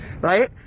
right